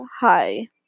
hi